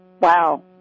Wow